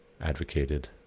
advocated